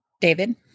David